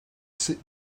sit